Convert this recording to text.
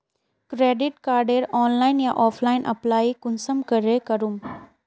Credit कार्डेर online या offline apply कुंसम करे करूम?